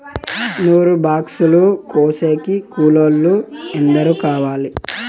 నూరు బాక్సులు కోసేకి కూలోల్లు ఎందరు కావాలి?